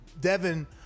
Devin